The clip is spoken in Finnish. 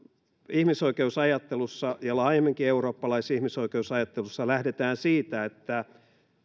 ihmisoikeusajattelussa ja laajemminkin eurooppalaisessa ihmisoikeusajattelussa lähdetään siitä että